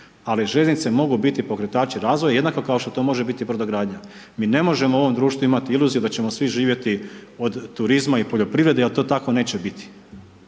ali željeznice mogu biti pokretač razvoja jednako kao što to može biti brodogradnja, mi ne možemo u ovom društvu imati iluziju da ćemo svi živjeti od turizma i poljoprivrede jer to tako neće bit.